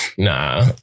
Nah